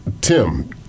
tim